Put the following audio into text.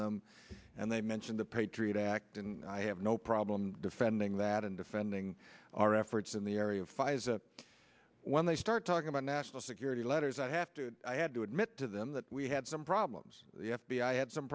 them and they mentioned the patriot act and i have no problem defending that in defending our efforts in the area when they start talking about national security letters i have to i had to admit to them that we had some problems the f b i had some